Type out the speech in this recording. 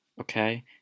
okay